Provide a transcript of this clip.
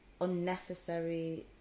unnecessary